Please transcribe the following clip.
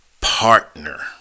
partner